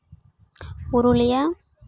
Purulia